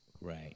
Right